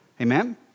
amen